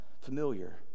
familiar